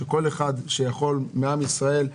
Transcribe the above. שכל אחד מעם ישראל שיכול